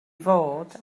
fod